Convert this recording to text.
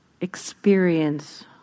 experience